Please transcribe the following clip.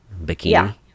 bikini